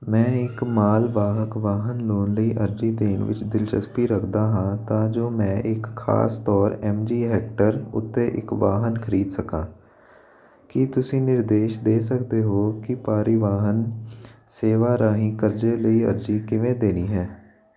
ਮੈਂ ਇੱਕ ਮਾਲ ਵਾਹਕ ਵਾਹਨ ਲੋਨ ਲਈ ਅਰਜ਼ੀ ਦੇਣ ਵਿੱਚ ਦਿਲਚਸਪੀ ਰੱਖਦਾ ਹਾਂ ਤਾਂ ਜੋ ਮੈਂ ਇੱਕ ਖਾਸ ਤੌਰ ਐਮ ਜੀ ਹੈਕਟਰ ਉੱਤੇ ਇੱਕ ਵਾਹਨ ਖਰੀਦ ਸਕਾਂ ਕੀ ਤੁਸੀਂ ਨਿਰਦੇਸ਼ ਦੇ ਸਕਦੇ ਹੋ ਕਿ ਪਰਿਵਾਹਨ ਸੇਵਾ ਰਾਹੀਂ ਕਰਜ਼ੇ ਲਈ ਅਰਜ਼ੀ ਕਿਵੇਂ ਦੇਣੀ ਹੈ